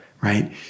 Right